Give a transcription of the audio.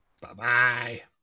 bye-bye